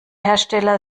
hersteller